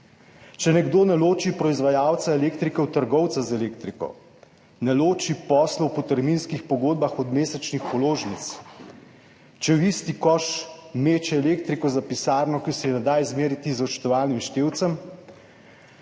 Če nekdo ne loči proizvajalca elektrike od trgovca z elektriko, ne loči poslov po terminskih pogodbah od mesečnih položnic, če v isti koš meče elektriko za pisarno, ki se je ne da izmeriti z odštevalnim števcem,